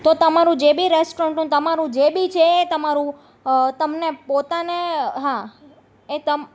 તો તમારું જે બી રેસ્ટોરન્ટનું તમારું જે બી છે એ તમારું તમને પોતાને હા એ તમ